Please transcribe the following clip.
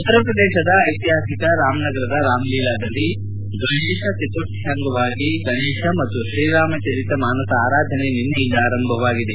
ಉತ್ತರ ಪ್ರದೇಶದ ಐತಿಹಾಸಿಕ ರಾಮ್ನಗರದ ರಾಮ್ಲೀಲಾದಲ್ಲಿ ಗಣೇಶ ಚತುರ್ಥಿ ಅಂಗವಾಗಿ ಗಣೇಶ ಮತ್ತು ಶ್ರೀರಾಮಚರಿತ ಮಾನಸ ಆರಾಧನೆ ನಿನ್ನೆ ಯಿಂದ ಆರಂಭವಾಗಿದೆ